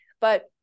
But-